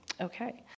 Okay